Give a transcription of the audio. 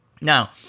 Now